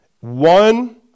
One